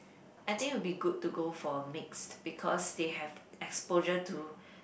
I think it would be good to go for mixed because they have exposure to